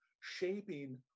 shaping